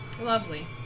Lovely